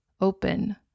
open